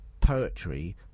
poetry